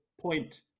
point